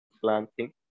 Planting